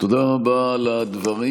תודה רבה על הדברים.